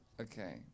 Okay